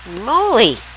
moly